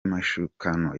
mashukano